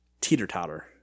teeter-totter